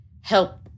help